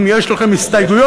אם יש לכם הסתייגויות.